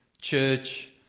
church